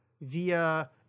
via